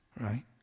right